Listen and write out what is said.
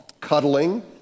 cuddling